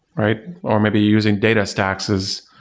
right? or maybe using data stacks as